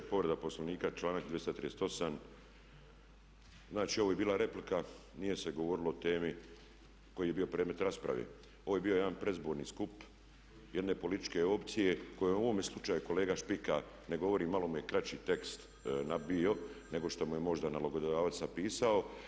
Povreda Poslovnika članak 238, znači ovo je bila replika, nije se govorilo o temi koji je bio predmet rasprave, ovo je bio predizborni skup jedne političke ocjene koja u ovome slučaju kolega Špika ne govori, malo mu je kraći tekst nabio nego što mu je možda nalogodavac napisao.